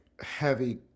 heavy